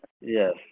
Yes